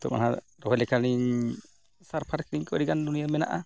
ᱱᱤᱛᱳᱜ ᱢᱟᱦᱟᱸᱜ ᱨᱚᱦᱚᱭ ᱞᱮᱠᱷᱟᱱ ᱞᱤᱧ ᱥᱟᱨᱯᱷᱟᱨ ᱠᱤᱨᱤᱧ ᱠᱚ ᱟᱹᱰᱤ ᱜᱟᱱ ᱱᱩᱱᱤᱭᱟᱹ ᱢᱮᱱᱟᱜᱼᱟ